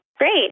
Great